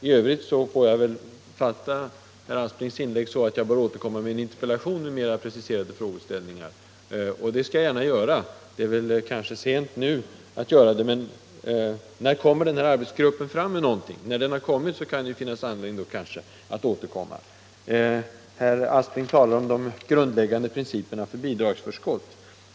I övrigt får jag väl tolka herr Asplings inlägg så att jag bör återkomma med en interpellation med mera preciserade frågeställningar, och det skall jag gärna göra. Det är kanske för sent att göra det nu, men jag vill fråga: När kommer arbetsgruppen fram med någonting? Så snart ett material redovisats av arbetsgruppen kanske det finns anledning för mig att återkomma. Herr Aspling talar om de grundläggande principerna för bidragsförskott.